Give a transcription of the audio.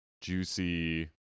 juicy